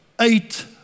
eight